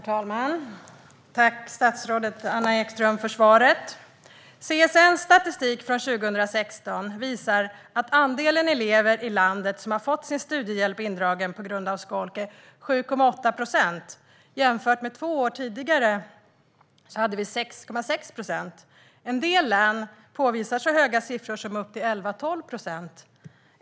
Herr talman! Tack, statsrådet Anna Ekström, för svaret! CSN:s statistik för 2016 visar att andelen elever i landet som har fått sin studiehjälp indragen på grund av skolk är 7,8 procent. Två år tidigare var siffran 6,6 procent. En del län uppvisar så höga siffror som 11-12 procent.